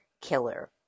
killer